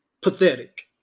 pathetic